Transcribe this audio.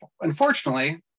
unfortunately